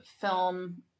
film